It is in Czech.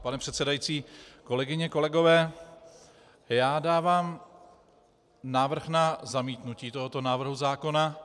Pane předsedající, kolegyně, kolegové, dávám návrh na zamítnutí tohoto návrhu zákona.